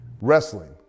Wrestling